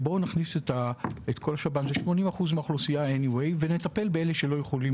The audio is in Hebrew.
בואו נכניס את כל השב"ן שזה 80% מהאוכלוסייה ונטפל באילו שלא יכולים